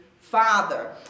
father